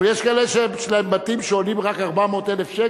אבל יש כאלה שיש להם בתים שעולים רק 400,000 שקל.